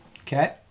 Okay